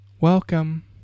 welcome